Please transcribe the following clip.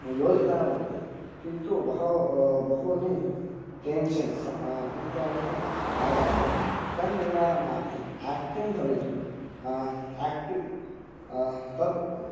योजितः भवति किन्तु बहवः बहूनि टेन्षन्स् इत्यादिकम् आगच्छति तन्निवारणार्थम् एक्टिङग् भवितुं एक्टिव् तद्